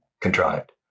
contrived